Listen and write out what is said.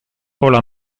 hola